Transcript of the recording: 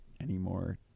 anymore